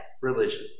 religion